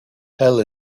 hell